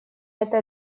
этой